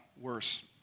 worse